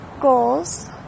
goals